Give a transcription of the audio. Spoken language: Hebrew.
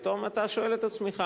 פתאום אתה שואל את עצמך,